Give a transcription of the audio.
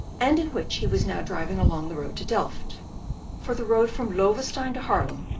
and in which he was now driving along the road to delft for the road from loewestein to haarlem,